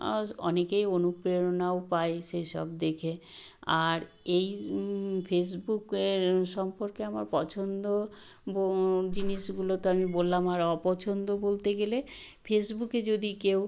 আস অনেকেই অনুপ্রেরণাও পায় সেসব দেখে আর এই ফেসবুকের সম্পর্কে আমার পছন্দ বো জিনিসগুলো তো আমি বললাম আর অপছন্দ বলতে গেলে ফেসবুকে যদি কেউ